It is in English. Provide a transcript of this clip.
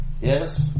Yes